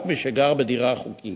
רק מי שגר בדירה חוקית.